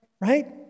Right